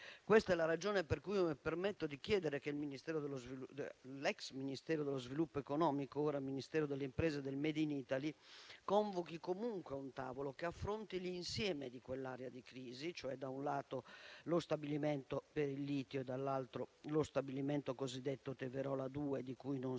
Questa è la ragione per cui mi permetto di chiedere che l'ex Ministero dello sviluppo economico, ora Ministero delle imprese e del *made in Italy*, convochi comunque un tavolo che affronti l'insieme di quell'area di crisi, cioè da un lato lo stabilimento per il litio e dall'altro lo stabilimento cosiddetto Teverola 2, di cui non si hanno